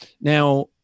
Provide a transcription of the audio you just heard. now